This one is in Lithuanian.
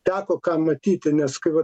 teko ką matyti nes kai vat